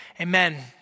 amen